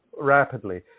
rapidly